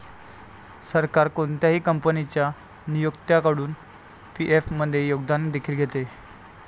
सरकार कोणत्याही कंपनीच्या नियोक्त्याकडून पी.एफ मध्ये योगदान देखील घेते